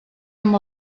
amb